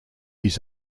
his